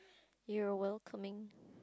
you're welcoming